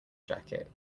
jacket